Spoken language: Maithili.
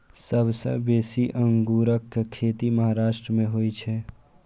सबसं बेसी अंगूरक खेती महाराष्ट्र मे होइ छै